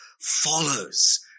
follows